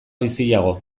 biziago